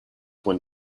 when